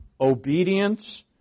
obedience